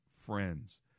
friends